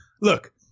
Look